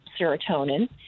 serotonin